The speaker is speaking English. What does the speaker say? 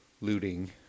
looting